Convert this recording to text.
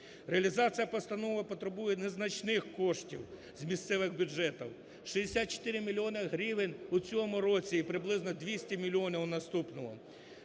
Реалізація постанови потребує незначних коштів з місцевих бюджетів: 64 мільйонів гривень у цьому році і приблизно 200 мільйонів – у наступному.